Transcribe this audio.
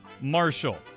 Marshall